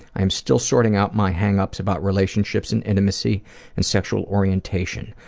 i'm still sorting out my hang-ups about relationships and intimacy and sexual orientation.